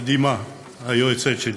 היועצת שלי,